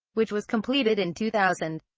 which was completed in two thousand.